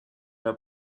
der